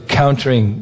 countering